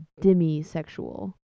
demisexual